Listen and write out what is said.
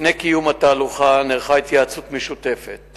לפני קיום התהלוכה נערכה התייעצות משותפת